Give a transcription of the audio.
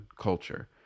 culture